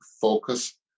focus